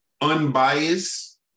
unbiased